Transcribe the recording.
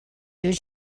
you